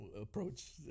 approach